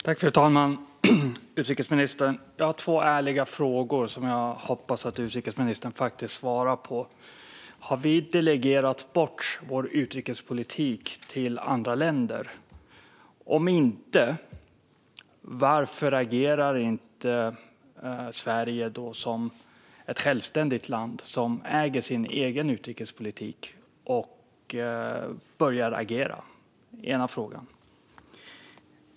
Fru talman och utrikesministern! Jag har två ärliga frågor som jag hoppas att utrikesministern ska svara på. Har vi delegerat bort vår utrikespolitik till andra länder? Om inte, varför agerar Sverige inte som ett självständigt land som äger sin egen utrikespolitik och börjar agera? Det var den ena frågan.